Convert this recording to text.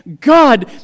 God